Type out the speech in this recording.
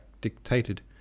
dictated